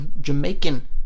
Jamaican